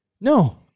No